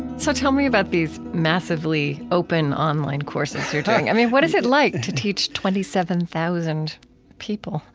so tell me about these massively open online courses you're doing. i mean, what is it like to teach twenty seven thousand people